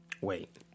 Wait